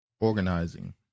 organizing